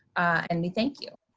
and we thank you.